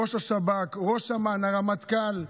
ראש השב"כ, ראש אמ"ן, הרמטכ"ל,